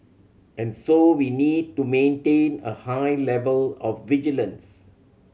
and so we need to maintain a high level of vigilance